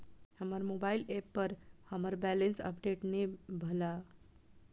हमर mobile app पर हमर बैलेंस अपडेट ने भेल या